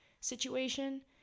situation